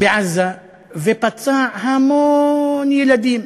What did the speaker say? בעזה ופצע המון ילדים,